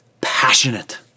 passionate